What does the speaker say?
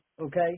okay